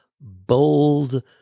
bold